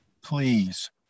please